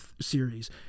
series